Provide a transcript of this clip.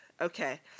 okay